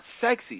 sexy